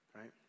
right